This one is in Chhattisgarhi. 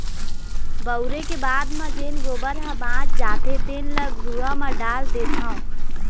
बउरे के बाद म जेन गोबर ह बाच जाथे तेन ल घुरूवा म डाल देथँव